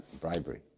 bribery